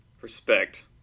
respect